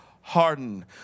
hardened